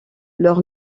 leur